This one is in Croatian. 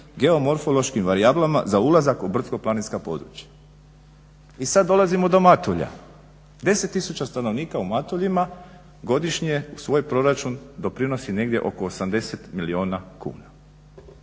geomorfološkim varijablama za ulazak u brdsko-planinska područja. I sad dolazimo do Matulja, 10 000 stanovnika u Matuljima godišnje u svoj proračun doprinosi negdje oko 80 milijuna kuna.